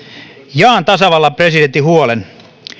jaan tasavallan presidentin huolen